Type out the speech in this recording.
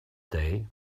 day